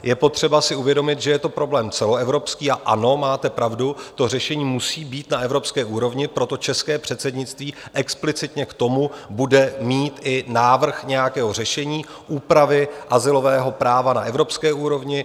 Je potřeba si uvědomit, že je to problém celoevropský, a ano, máte pravdu, to řešení musí být na evropské úrovni, proto české předsednictví explicitně k tomu bude mít i návrh nějakého řešení úpravy azylového práva na evropské úrovni.